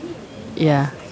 ya